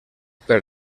per